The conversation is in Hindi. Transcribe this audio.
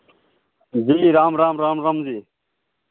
जी राम राम राम राम जी